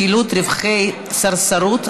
חילוט רווחי סרסרות),